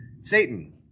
Satan